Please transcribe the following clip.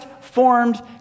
formed